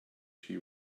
she